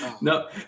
No